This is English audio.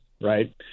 right